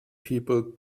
people